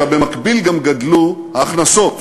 במקביל גם גדלו ההכנסות.